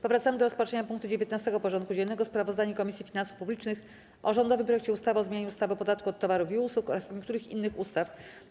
Powracamy do rozpatrzenia punktu 19. porządku dziennego: Sprawozdanie Komisji Finansów Publicznych o rządowym projekcie ustawy o zmianie ustawy o podatku od towarów i usług oraz niektórych innych ustaw.